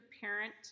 parent